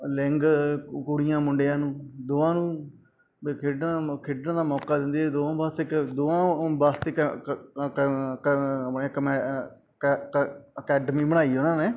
ਲਿੰਗ ਕੁੜੀਆਂ ਮੁੰਡਿਆਂ ਨੂੰ ਦੋਵਾਂ ਨੂੰ ਵੀ ਖੇਡਣ ਮੌ ਖੇਡਣ ਦਾ ਮੌਕਾ ਦਿੰਦੀ ਆ ਦੋਵਾਂ ਵਾਸਤੇ ਕ ਦੋਵਾਂ ਵਾਸਤੇ ਅਕੈਡਮੀ ਬਣਾਈ ਉਹਨਾਂ ਨੇ